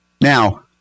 Now